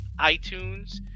iTunes